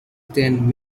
then